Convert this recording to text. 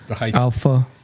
alpha